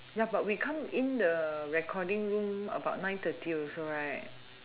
ya but we come in the recording room about nine thirty also right